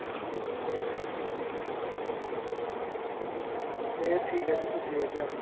एह् ठीक ऐ जी पुज्जी जाह्गे अस